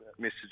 message